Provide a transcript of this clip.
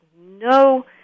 no